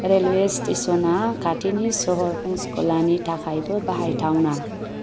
railway स्टेशना खाथिनि सोहोर पंचकुलानि थाखायबो बाहायथावना